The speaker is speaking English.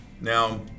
now